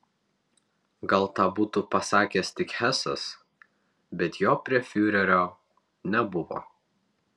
gal tą būtų pasakęs tik hesas bet jo prie fiurerio nebuvo